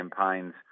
campaigns